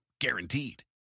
Guaranteed